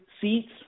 seats